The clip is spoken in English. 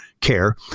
care